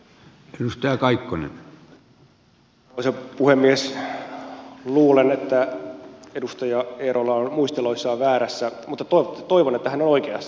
luulen että edustaja eerola on muisteloissaan väärässä mutta toivon että hän on oikeassa